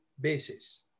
basis